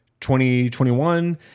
2021